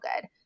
good